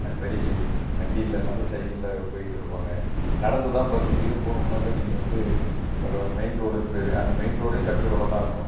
அதுமாரி வண்டியில் இல்லாமல் சைக்கிளில் போய்க்கிட்டு இருப்பாங்க நடந்துதான் பஸ்ஸு இங்கேயிருந்து போகணும்ன்னாக்கா நீங்கள் வந்து ஒரு மெயின் ரோடுன்னு பேர் அந்த மெயின் ரோடே கப்பி ரோடாகதான் இருக்கும்